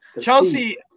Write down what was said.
Chelsea